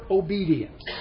obedience